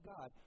God